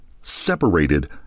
separated